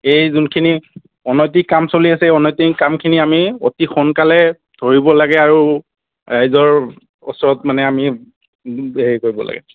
এই যোনখিনি অনৈতিক কাম চলি আছে এই অনৈতিক কামখিনি আমি অতি সোনকালে ধৰিব লাগে আৰু ৰাইজৰ ওচৰত মানে আমি হেৰি কৰিব লাগে